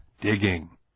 digging